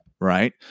right